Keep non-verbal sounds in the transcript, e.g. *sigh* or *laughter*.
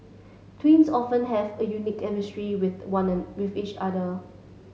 twins often have a unique chemistry with *unintelligible* with each other